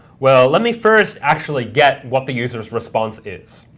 well, let me first actually get what the user's response is,